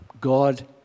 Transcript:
God